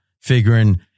figuring